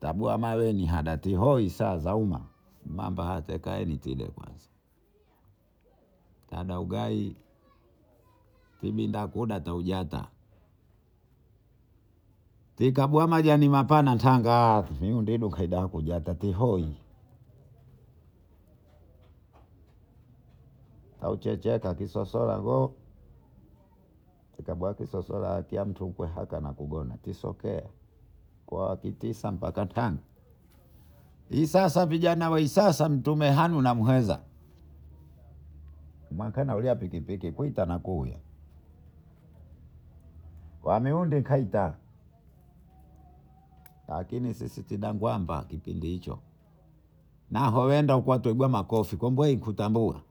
tabuamawe ntabuamawetabatihoisa sazahuma mambahate sidekwanza tadaugai tidindakuwetandaujata tikabue majani mapana tanga miundindu kaidakujata ntihoi kauchecheta kisosolagoo ikaboa kisosola kila mtu kilwahatwa nakugona kwaki tisa mbaka tano hisasa vijana waisasa mtume hanu na mwehenza mwakanauli ya pikipiki pitanakuya wamihundikaita lakini sisi dagambwakipindi hicho nahuwenda kateguamakofi kubwehukutambua.